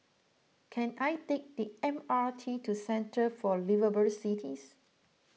can I take the M R T to Centre for Liveable Cities